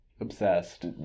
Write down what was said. obsessed